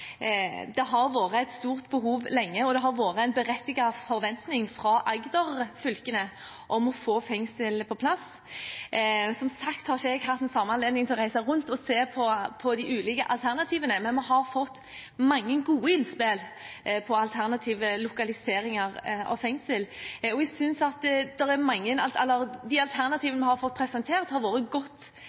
Det har vært et stort behov lenge, og det har vært en berettiget forventning fra Agder-fylkene om å få fengsel på plass. Som sagt har ikke jeg hatt den samme anledningen til å reise rundt og se på de ulike alternativene, men vi har fått mange gode innspill til alternative lokaliseringer av fengsel, og jeg synes at de alternativene vi har fått presentert, har vært godt